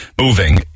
moving